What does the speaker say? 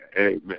Amen